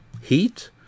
heat